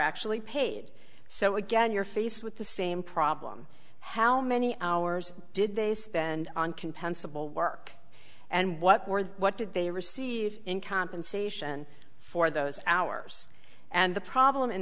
actually paid so again you're faced with the same problem how many hours did they spend on compensable work and what were what did they receive in compensation for those hours and the problem in